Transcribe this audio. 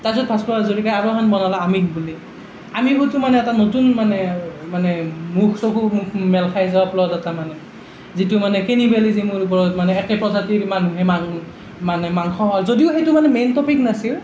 তাৰ পিছত ভাস্কৰ হাজৰিকাই আৰু এখন বনালে আমিষ বুলি আমিষতো মানে এটা নতুন মানে মানে মুখ চকু মুখ মেল খাই যোৱা প্লট এটা মানে যিটো মানে কেন্নিবেলিজিমৰ ওপৰত মানে একে প্ৰজাতিৰ মানুহে মানুহ মানে মাংস খাই যদিও সেইটো মানে মেইন টপিক নাছিল